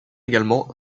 également